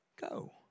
Go